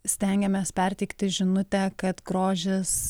stengiamės perteikti žinutę kad grožis